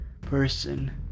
person